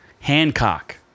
Hancock